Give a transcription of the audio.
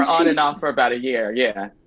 on and off for about a year. yeah